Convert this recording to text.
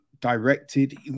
directed